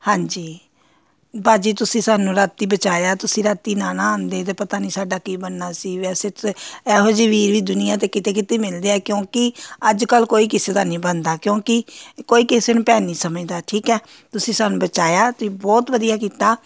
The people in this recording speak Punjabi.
ਹਾਂਜੀ ਭਾਅ ਜੀ ਤੁਸੀਂ ਸਾਨੂੰ ਰਾਤੀ ਬਚਾਇਆ ਤੁਸੀਂ ਰਾਤੀ ਨਾ ਨਾ ਆਉਂਦੇ ਤਾਂ ਪਤਾ ਨਹੀਂ ਸਾਡਾ ਕੀ ਬਣਨਾ ਸੀ ਵੈਸੇ ਤਾਂ ਇਹੋ ਜਿਹੇ ਵੀਰ ਵੀ ਦੁਨੀਆਂ 'ਤੇ ਕਿਤੇ ਕਿਤੇ ਹੀ ਮਿਲਦੇ ਆ ਕਿਉਂਕਿ ਅੱਜ ਕੱਲ੍ਹ ਕੋਈ ਕਿਸੇ ਦਾ ਨਹੀਂ ਬਣਦਾ ਕਿਉਂਕੀ ਕੋਈ ਕਿਸੇ ਨੂੰ ਭੈਣ ਨਹੀਂ ਸਮਝਦਾ ਠੀਕ ਹੈ ਤੁਸੀਂ ਸਾਨੂੰ ਬਚਾਇਆ ਤੁਸੀਂ ਬਹੁਤ ਵਧੀਆ ਕੀਤਾ